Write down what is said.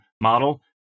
model